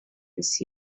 this